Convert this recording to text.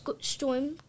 storm